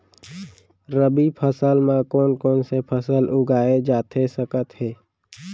रबि फसल म कोन कोन से फसल उगाए जाथे सकत हे?